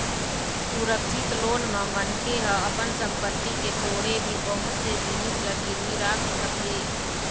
सुरक्छित लोन म मनखे ह अपन संपत्ति के छोड़े भी बहुत से जिनिस ल गिरवी राख सकत हे